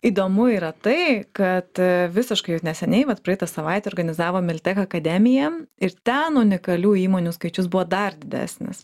įdomu yra tai kad visiškai vat neseniai vat praeitą savaitę organizavom miltech akademiją ir ten unikalių įmonių skaičius buvo dar didesnis